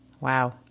Wow